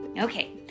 okay